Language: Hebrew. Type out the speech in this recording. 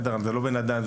היינו בשיח עם גזברים.